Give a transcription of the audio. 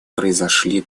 произошли